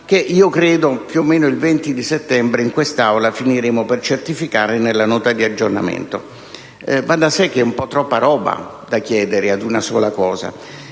che io credo più o meno il 20 settembre in quest'Aula finiremo per certificare nella Nota di aggiornamento. Va da sé che è un po' troppa roba da chiedere ad una sola cosa.